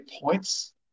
points